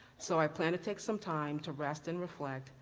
so i plan to take some time to rest and reflect,